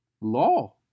law